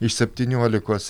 iš septyniolikos